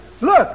Look